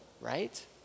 right